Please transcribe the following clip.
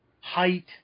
height